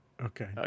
Okay